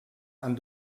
han